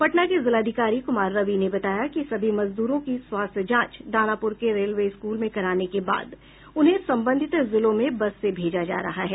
पटना के जिलाधिकारी कुमार रवि ने बताया कि सभी मजदूरों की स्वास्थ्य जांच दानापुर के रेलवे स्कूल में कराने के बाद उन्हें संबंधित जिलों में बस से भेजा जा रहा है